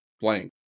blank